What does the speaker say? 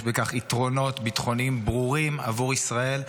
יש בכך יתרונות ביטחוניים ברורים עבור ישראל,